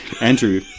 Andrew